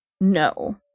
no